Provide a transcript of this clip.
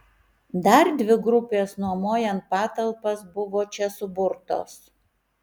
dar dvi grupės nuomojant patalpas buvo čia suburtos